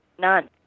None